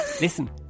listen